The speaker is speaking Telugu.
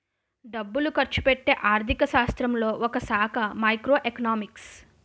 డబ్బులు ఖర్చుపెట్టే ఆర్థిక శాస్త్రంలో ఒకశాఖ మైక్రో ఎకనామిక్స్